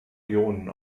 ionen